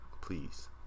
Please